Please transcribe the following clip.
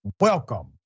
Welcome